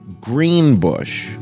Greenbush